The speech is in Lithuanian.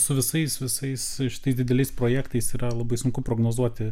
su visais visais šitais dideliais projektais yra labai sunku prognozuoti